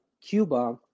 Cuba